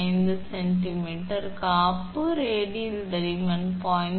5 centimetre மற்றும் காப்பு radial தடிமன் 0